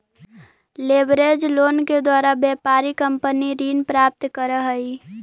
leverage loan के द्वारा व्यापारिक कंपनी ऋण प्राप्त करऽ हई